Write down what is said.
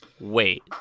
wait